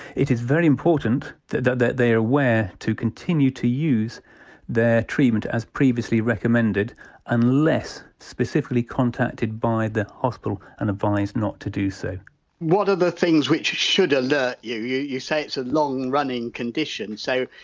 it is very important that that they are aware to continue to use their treatment as previously recommended unless specifically contacted by the hospital and advised not to do so what are the things which should alert you? you? you say it's a long-running condition, so,